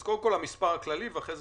אז קודם כל המספר הכללי ולאחר מכן,